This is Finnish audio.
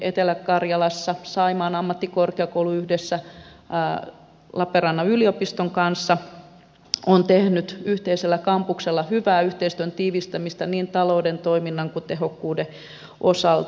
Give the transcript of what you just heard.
etelä karjalassa saimaan ammattikorkeakoulu yhdessä lappeenrannan yliopiston kanssa on tehnyt yhteisellä kampuksella hyvää yhteistyön tiivistämistä niin talouden toiminnan kuin tehokkuuden osalta